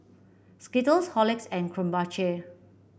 Skittles Horlicks and Krombacher